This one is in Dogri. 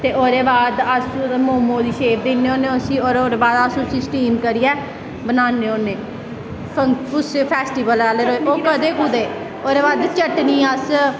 फिर ओह्दे बाद मोमोस दी शेप दिन्ने होन्ने और ओह्दे बाद अस उसी स्टीम करियै बनान्ने होन्ने उस्सा फैस्टिवल आह्लै दिन कदैं कुदै ओह्दै बाद चटनी अस